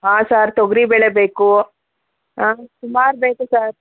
ಹಾಂ ಸರ್ ತೊಗರಿಬೇಳೆ ಬೇಕು ಹಾಂ ಸುಮಾರು ಬೇಕು ಸರ್